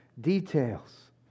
details